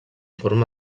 forma